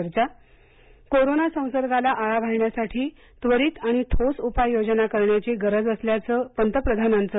चर्चा कोरोना संसर्गाला आळा घालण्यासाठी त्वरित आणि ठोस उपाय योजना करण्याची गरज असल्याचं पंतप्रधानांचं